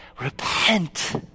repent